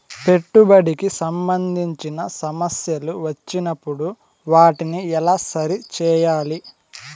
పెట్టుబడికి సంబంధించిన సమస్యలు వచ్చినప్పుడు వాటిని ఎలా సరి చేయాలి?